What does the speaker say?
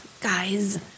guys